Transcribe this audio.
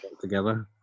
together